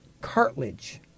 cartilage